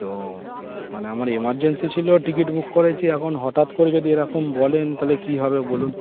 তো মানে আমার এমার্জেন্সি ছিল টিকিট বুক করেছি এখন হঠাৎ করে যদি এরকম বলেন তাহলে কী হবে বলুন